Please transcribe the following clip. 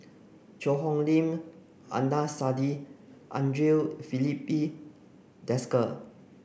Cheang Hong Lim Adnan Saidi Andre Filipe Desker